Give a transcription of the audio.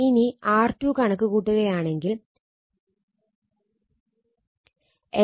ഇനി R2 കണക്ക് കൂട്ടുകയാണെങ്കിൽ l2 Aµ0µr